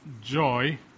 joy